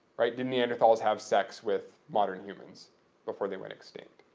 right? did neanderthals have sex with modern humans before they went extinct?